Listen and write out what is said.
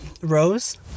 Rose